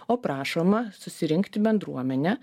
o prašoma susirinkti bendruomenę